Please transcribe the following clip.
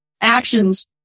actions